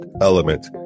element